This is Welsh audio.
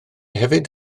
hefyd